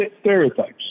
stereotypes